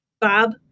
Bob